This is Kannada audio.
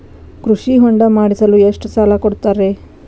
ಕೃಷಿ ಹೊಂಡ ಮಾಡಿಸಲು ಎಷ್ಟು ಸಾಲ ಕೊಡ್ತಾರೆ?